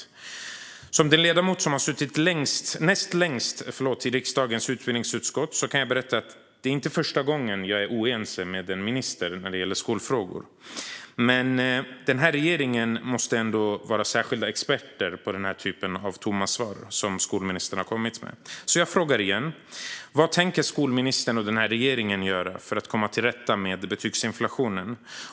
Jag är den ledamot som har suttit näst längst i riksdagens utbildningsutskott och kan berätta att det inte är första gången jag är oense med en minister när det gäller skolfrågor. Men ministrarna i den här regeringen måste ändå vara särskilda experter på den typen av tomma svar som skolministern kommit med. Jag frågar alltså igen: Vad tänker skolministern och den här regeringen göra för att komma till rätta med betygsinflationen?